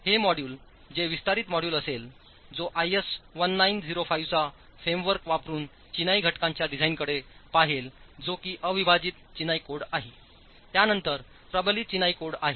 तर हे मॉड्यूल जो विस्तारित मॉड्यूल असेल जो आयएस 1905 चा फ्रेमवर्क वापरुनचिनाई घटकांच्या डिझाइनकडे पाहेलजो किअविभाजित चिनाईकोड आहे त्यानंतरप्रबलित चिनाई कोड आहे